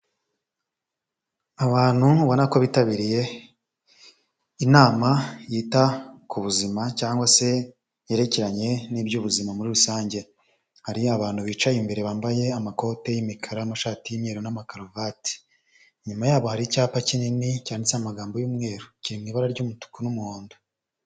Abantu ubona ko bitabiriye inama yita ku buzima cyangwa se yerekeranye n'iby'ubuzima muri rusange. Hari abantu bicaye imbere bambaye amakoti y'imikara, amashati y'imye n'amakaruvati. Inyuma yabo hari icyapa kinini cyanditse amagambo y'umweru kiri mu ibara ry'umutuku n'umuhondo.